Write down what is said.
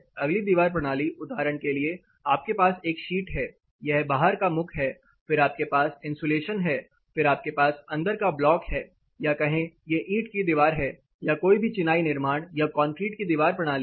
अगली दीवार प्रणाली उदाहरण के लिए आपके पास एक शीट है यह बाहर का मुख है फिर आपके पास इन्सुलेशन है फिर आपके पास अंदर का ब्लॉक है या कहें ये ईंट की दीवार है या कोई भी चिनाई निर्माण या कंक्रीट की दीवार प्रणाली है